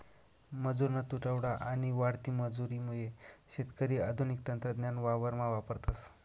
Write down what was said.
मजुरना तुटवडा आणि वाढती मजुरी मुये शेतकरी आधुनिक तंत्रज्ञान वावरमा वापरतस